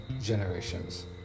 generations